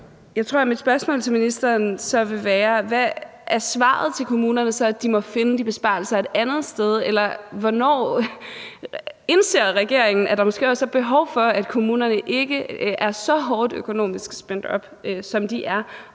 jeg tror, at mit spørgsmål til ministeren vil være: Hvad er svaret til kommunerne? Er det så, at de må finde de besparelser et andet sted? Eller hvornår indser regeringen, at der måske også er behov for, at kommunerne ikke er så hårdt økonomisk spændt for, som de er,